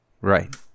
Right